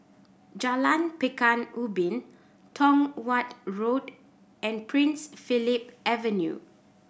Jalan Pekan Ubin Tong Watt Road and Prince Philip Avenue